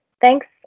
Thanks